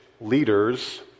leaders